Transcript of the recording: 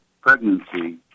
pregnancy